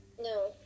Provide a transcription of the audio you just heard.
No